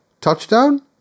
Touchdown